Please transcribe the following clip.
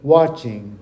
watching